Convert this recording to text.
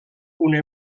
una